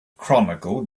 chronicle